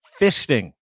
fisting